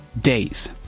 days